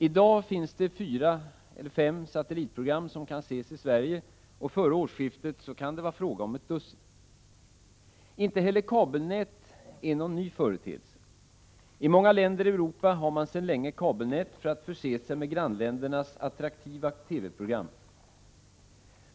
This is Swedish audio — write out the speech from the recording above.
I dag finns det fyra eller fem satellitprogram som kan ses i Sverige, och före årsskiftet kan det vara fråga om ett dussin. Inte heller kabelnät är någon ny företeelse. I många länder i Europa har man sedan länge kabelnät för att förse sig med grannländernas attraktiva TV-program.